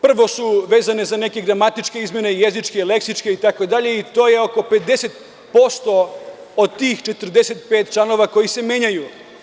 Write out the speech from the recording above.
Prvo, vezane su za neke gramatičke izmene, jezičke, leksičke, itd, i to je oko 50% od tih 45 članova koji se menjaju.